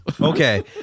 okay